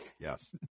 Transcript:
Yes